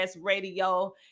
radio